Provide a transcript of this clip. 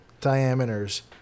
diameters